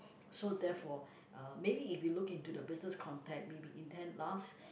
so therefore uh maybe if you look into the business context maybe intend last